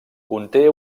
conté